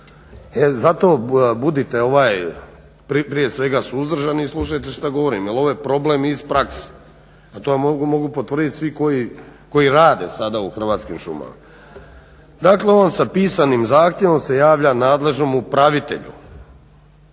E zato budite prije svega suzdržani i slušajte šta govorim jer ovo je problem iz prakse, a to vam mogu potvrditi svi koji rade sada u Hrvatskim šumama. Dakle on sa pisanim zahtjevom se javlja nadležnom upravitelju,